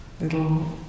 little